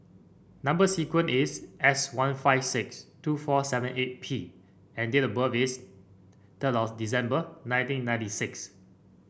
number sequence is S one five six two four seven eight P and date of birth is third December nineteen ninety six